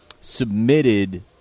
submitted